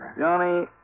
Johnny